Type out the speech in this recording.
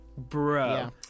Bro